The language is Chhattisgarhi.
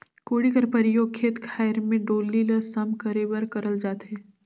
कोड़ी कर परियोग खेत खाएर मे डोली ल सम करे बर करल जाथे